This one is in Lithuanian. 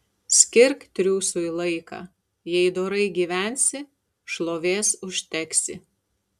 skirk triūsui laiką jei dorai gyvensi šlovės užteksi